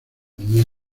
niña